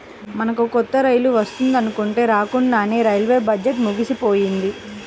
మనకు కొత్త రైలు వస్తుందనుకుంటే రాకండానే రైల్వే బడ్జెట్టు ముగిసిపోయింది